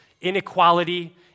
inequality